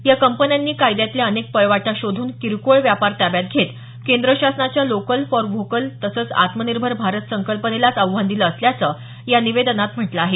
या कंपन्यांनी कायद्यातल्या अनेक पळवाटा शोधून किरकोळ व्यापार ताब्यात घेत केंद्र शासनाच्या लोकल फॉर व्होकल तसंच आत्मनिर्भर भारत संकल्पनेलाच आव्हान दिलं असल्याचं या निवेदनात म्हटलं आहे